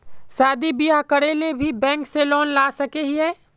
शादी बियाह करे ले भी बैंक से पैसा ला सके हिये?